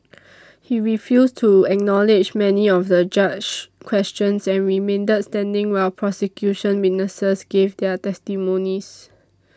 he refused to acknowledge many of the judge's questions and remained standing while prosecution witnesses gave their testimonies